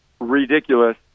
ridiculous